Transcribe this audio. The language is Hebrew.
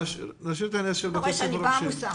נשמח לשמוע